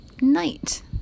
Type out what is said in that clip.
night